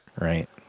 Right